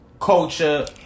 culture